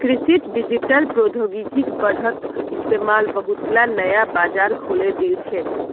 कृषित डिजिटल प्रौद्योगिकिर बढ़ त इस्तमाल बहुतला नया बाजार खोले दिल छेक